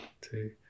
two